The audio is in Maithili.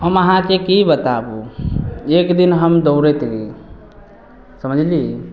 हम अहाँके की बताबू एक दिन हम दौड़ैत रही समझली